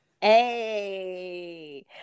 hey